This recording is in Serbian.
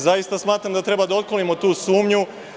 Zaista smatram da treba da otklonimo tu sumnju.